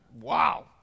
Wow